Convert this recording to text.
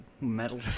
metal